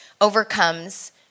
overcomes